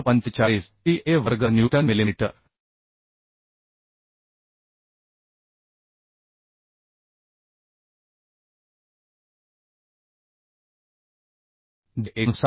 45 ta वर्ग newton millimetre जे 59573